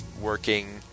working